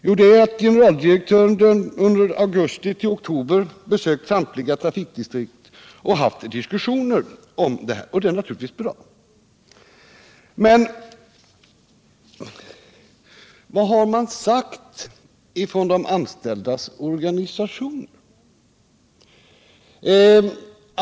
Jo, att ”generaldirektören under tiden augusti till oktober besökt samtliga trafikdistrikt för sådana diskussioner”. Det är naturligtvis bra. Men vad har då de anställdas organisationer sagt?